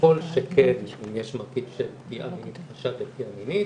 כל שכן אם יש מרכיב של פגיעה מינית או חשד לפגיעה מינית,